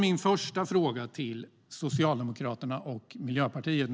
Min första fråga går till Socialdemokraterna och Miljöpartiet.